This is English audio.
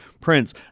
Prince